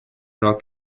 rock